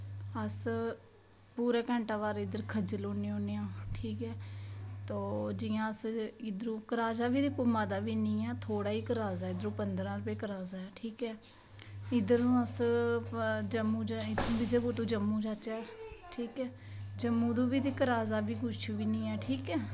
अस पूरा घैंटै भर इध्दर खज्जल होन्ने होन्ने आं तो जियां अस इद्धरों कराया बी कोई मता नी ऐ थोह्ड़ा ई कराया इयो पंदरां रपे कराया ठीक ऐ इध्दरा अस जम्मू इत्थुं विजयपुर तू जम्मू जाच्चै ठीक ऐ जम्मू तू बी ते कराया बी कुछ बी नी ऐ